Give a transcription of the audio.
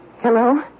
Hello